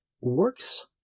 works